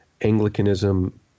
Anglicanism